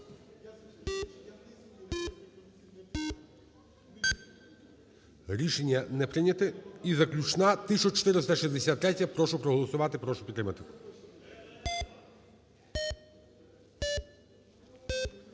Рішення не прийнято. І заключна –1463-я. Прошу проголосувати, прошу підтримати.